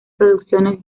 producciones